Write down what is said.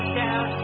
down